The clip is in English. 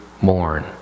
mourn